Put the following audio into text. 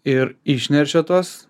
ir išneršia tuos